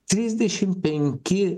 trisdešim penki